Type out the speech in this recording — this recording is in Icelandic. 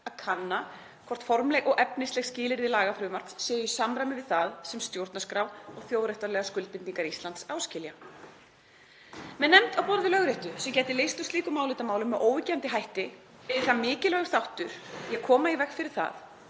að kanna hvort formleg og efnisleg skilyrði lagafrumvarps séu í samræmi við það sem stjórnarskrá og þjóðréttarlegar skuldbindingar Íslands áskilja. Með nefnd á borðið Lögréttu, sem gæti leyst úr slíkum álitamálum með óyggjandi hætti, yrði það mikilvægur þáttur í að koma í veg fyrir það